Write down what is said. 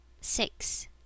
Six